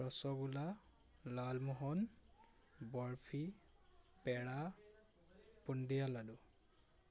rasgulla lalmohan barfi pera bundiya লাডু